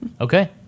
Okay